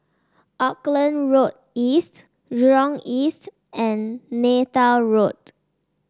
Auckland Road East Jurong East and Neythal Road